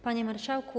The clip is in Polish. Panie Marszałku!